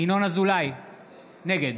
נגד